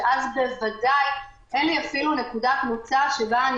שאז בוודאי אין לי אפילו נקודת מוצא שבה אני